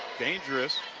dangerous.